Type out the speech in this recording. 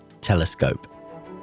telescope